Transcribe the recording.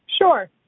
Sure